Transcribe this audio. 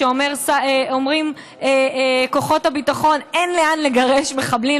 ואומרים כוחות הביטחון: אין לאן לגרש מחבלים.